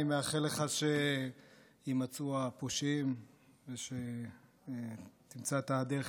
אני מאחל לך שיימצאו הפושעים ושתמצא את הדרך